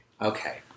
okay